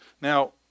Now